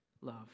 love